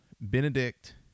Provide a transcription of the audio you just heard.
Benedict